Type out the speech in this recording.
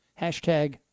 Hashtag